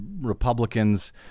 Republicans